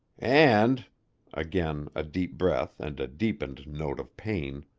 and again a deep breath and a deepened note of pain